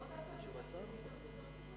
אגיש הצעה, יותר סיכוי יש לך עכשיו.